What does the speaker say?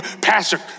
Pastor